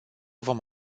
vom